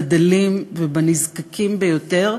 בדלים ובנזקקים ביותר,